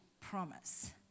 promise